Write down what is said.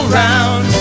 round